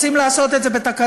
רוצים לעשות את זה בתקנות?